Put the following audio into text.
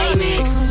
mix